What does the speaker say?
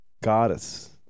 goddess